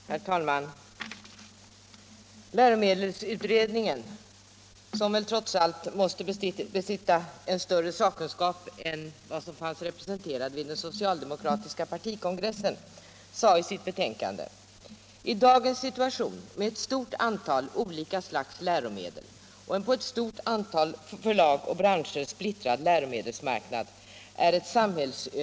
Herr talman! Läromedelsutredningen som väl trots allt borde besitta en större sakkunskap än den som fanns representerad vid den socialdemokratiska partikongressen sade i sitt betänkande att ett samhällsövertagande av hela läromedelsmarknaden inte är möjligt i dagens situation med ett stort antal olika slags läromedel och en på ett stort antal förlag och branscher splittrad läromedelsmarknad.